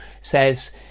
says